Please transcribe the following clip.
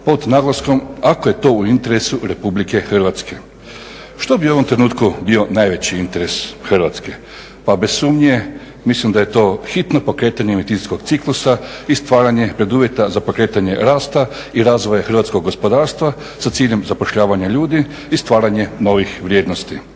pod naglaskom ako je to u interesu Republike Hrvatske. Što bi u ovom trenutku bio najveći interes Hrvatske. Pa bez sumnje mislim da je to hitno pokretanje medicinskog ciklusa i stvaranje preduvjeta za pokretanje rasta i razvoja hrvatskog gospodarstva sa ciljem zapošljavanja ljudi i stvaranje novih vrijednosti.